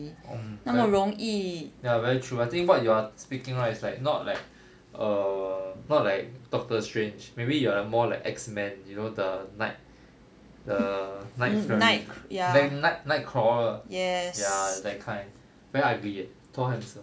um very ya very true I think what you are speaking right is like not like err not like doctor strange maybe you are more like x-men you know the night the night night night crawler ya that kind very ugly eh thor handsome